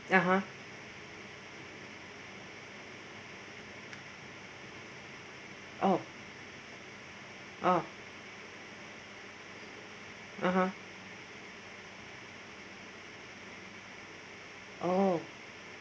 (uh huh) oh uh (uh huh) oh